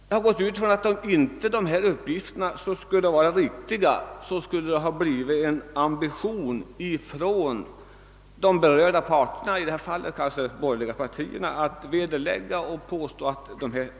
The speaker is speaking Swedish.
Jag har utgått från att om de uppgifterna inte var riktiga, så skulle det ha varit en ambition hos de borgerliga partierna att vederlägga dem.